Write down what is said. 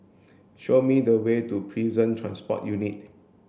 show me the way to Prison Transport Unit